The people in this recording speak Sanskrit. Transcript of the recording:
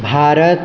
भारत